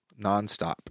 nonstop